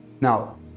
now